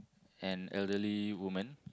an elderly woman